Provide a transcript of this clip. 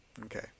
Okay